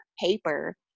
paper